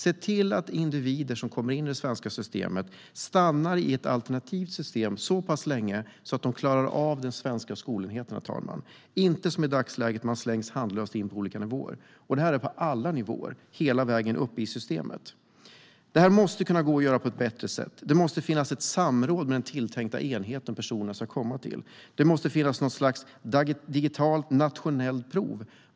Se till att individer som kommer in i det svenska systemet stannar i ett alternativt system så länge att de klarar sig i den svenska skolenheten. De ska inte, som i dagsläget, slängas handlöst in på olika nivåer. Det gäller på alla nivåer hela vägen upp i systemet. Detta måste kunna göras på ett bättre sätt. Det måste finnas ett samråd med den tilltänkta enhet personen ska komma till. Det måste finnas ett digitalt nationellt prov.